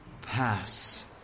pass